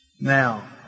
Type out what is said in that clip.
Now